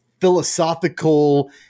philosophical